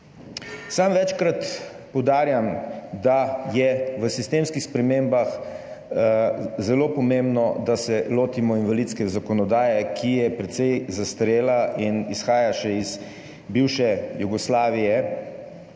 Sam večkrat poudarjam, da je v sistemskih spremembah zelo pomembno, da se lotimo invalidske zakonodaje, ki je precej zastarela in izhaja še iz bivše Jugoslavije,